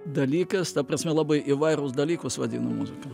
dalykas ta prasme labai įvairūs dalykus vadinu muzika